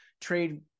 trade